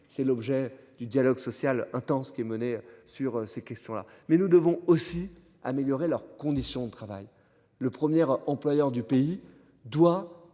C'est l'objet du dialogue social intense qui est menée sur ces questions là, mais nous devons aussi améliorer leurs conditions de travail. Le première employeur du pays doit